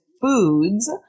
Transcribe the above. Foods